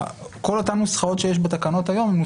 כל אותן נוסחאות שיש בתקנות היום הן